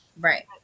Right